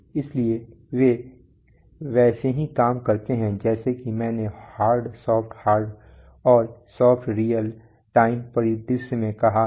इसलिए वे वैसे ही काम करते हैं जैसा कि मैंने हार्ड सॉफ्ट हार्ड और सॉफ्ट रीयल टाइम परिदृश्य में कहा था